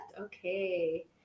Okay